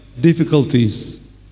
difficulties